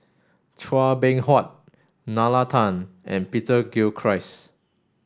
Chua Beng Huat Nalla Tan and Peter Gilchrist